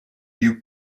you